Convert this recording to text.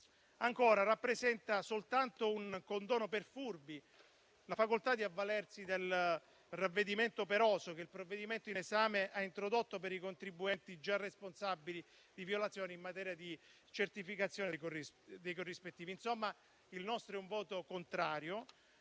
inoltre soltanto un condono per furbi la facoltà di avvalersi del ravvedimento operoso che il provvedimento in esame ha introdotto per i contribuenti già responsabili di violazioni in materia di certificazione dei corrispettivi. Insomma, il nostro è un voto contrario